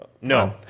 No